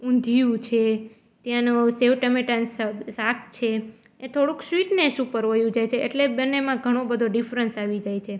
ઊંધિયું છે ત્યાંનો સેવ ટમેટાનું સ શાક છે એ થોડુંક સ્વીટનેસ ઉપર વહ્યું જાય છે એટલે બંનેમાં ઘણો બધો ડિફરન્સ આવી જાય છે